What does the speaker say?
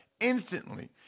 instantly